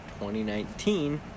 2019